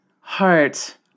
heart